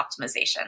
optimization